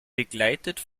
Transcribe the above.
begleitet